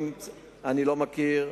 אתה לא מכיר.